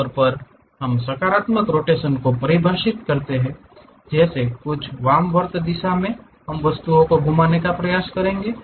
आमतौर पर हम सकारात्मक रोटेशन को परिभाषित करते हैं जैसे कुछ वामावर्त दिशा में हम वस्तुओं को घुमाने का प्रयास करेंगे